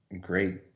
great